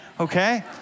okay